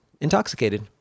Intoxicated